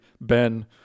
Ben